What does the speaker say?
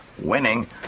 Winning